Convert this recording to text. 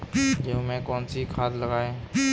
गेहूँ में कौनसी खाद लगाएँ?